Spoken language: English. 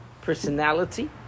personality